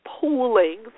pooling